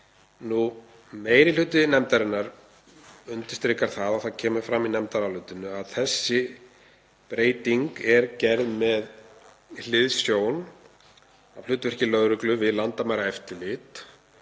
Meiri hluti nefndarinnar undirstrikar það, og það kemur fram í nefndarálitinu, að þessi breyting er gerð með hliðsjón af hlutverki lögreglu við landamæraeftirlit